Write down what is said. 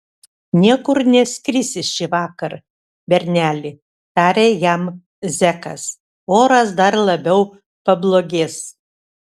niekur neskrisi šįvakar berneli tarė jam zekas oras dar labiau pablogės